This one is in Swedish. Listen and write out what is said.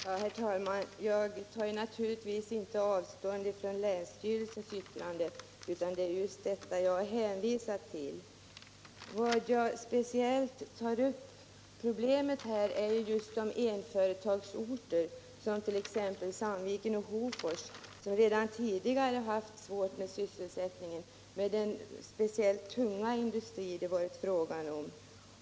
Herr talman! Jag tar naturligtvis inte avstånd från länsstyrelsens yttrande, utan det är ju just detta jag har hänvisat till. Vad jag här speciellt tagit upp är problemen på enföretagsorter, t.ex. Sandviken och Hofors, som redan tidigare haft svårigheter med sysselsättningen på grund av den tunga industri det där varit fråga om.